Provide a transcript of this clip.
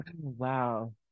Wow